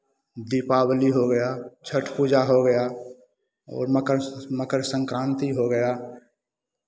दीपावली हो गया छठ पूजा हो गया और मकर मकरसंक्रांति हो गया